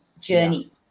journey